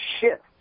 shift